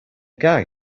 guy